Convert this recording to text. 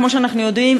כמו שאנחנו יודעים,